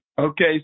Okay